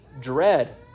dread